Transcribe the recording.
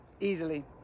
easily